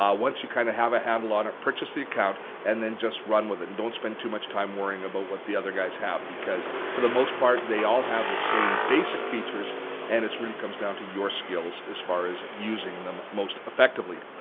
um once you kind of have a handle on it, purchase the account and then just run with it and don't spend too much time worrying about what the other guys have because for the most part, they all have the same basic features and it really comes down to your skills as far as using them most effectively.